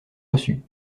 reçu